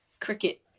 cricket